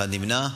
אחד נמנע.